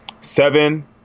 seven